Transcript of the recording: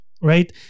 Right